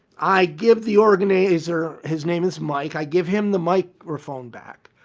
i give the organizer, his name is mike, i give him the microphone back.